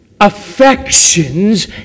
affections